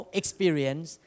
experience